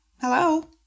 hello